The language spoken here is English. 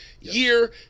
year